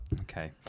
okay